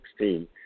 2016